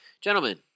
gentlemen